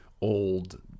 old